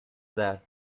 that